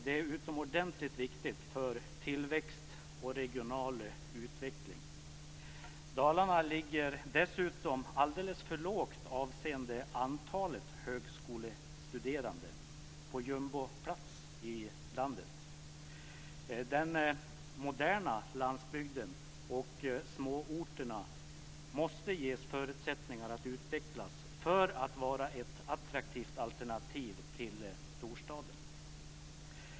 Det är utomordentligt viktigt för tillväxt och regional utveckling. Dalarna ligger dessutom alldeles för lågt avseende antalet högskolestuderande - på jumboplats i landet. Den moderna landsbygden och småorterna måste ges förutsättningar att utvecklas för att vara ett attraktivt alternativ till storstaden.